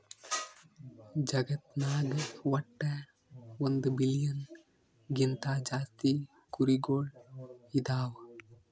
ಜಗತ್ನಾಗ್ ವಟ್ಟ್ ಒಂದ್ ಬಿಲಿಯನ್ ಗಿಂತಾ ಜಾಸ್ತಿ ಕುರಿಗೊಳ್ ಅದಾವ್